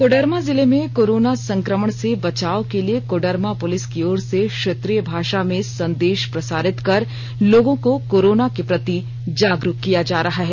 कोडरमा जिले में कोरोना संक्रमण से बचाव के लिए कोडरमा पुलिस की ओर से क्षेत्रीय भाषा में संदेश प्रसारित कर लोगों को कोरोना के प्रति जागरूक किया जा रहा है